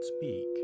speak